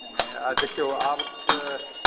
आ देखिऔ आब तऽ